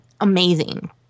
amazing